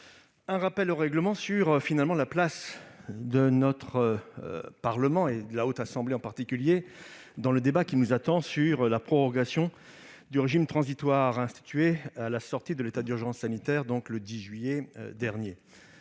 un rappel au règlement portant sur la place du Parlement en général, et de la Haute Assemblée en particulier, dans le débat qui nous attend sur la prorogation du régime transitoire institué à la sortie de l'état d'urgence sanitaire, le 10 juillet dernier.